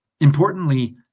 Importantly